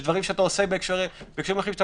יש דברים שעושים בהקשרים אחרים שאתה